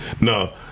no